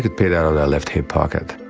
could pay that out of their left hip pocket.